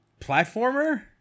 platformer